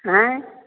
आँय